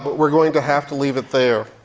but we're going to have to leave it there.